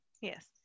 Yes